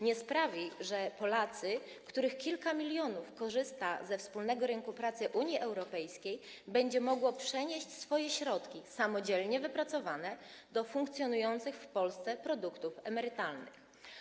Nie sprawi, że kilka milionów Polaków, którzy korzystają ze wspólnego rynku pracy Unii Europejskiej, będzie mogło przenieść swoje środki, samodzielnie wypracowane, do funkcjonujących w Polsce produktów emerytalnych.